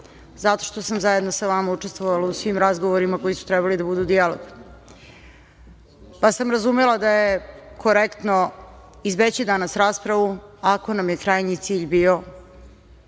Zato što sam zajedno sa vama učestvovala u svim razgovorima koji su trebali da budu dijalog, pa sam razumela da je korektno izbeći danas raspravu ako nam je krajnji cilj bio,